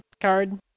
card